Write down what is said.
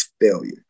failure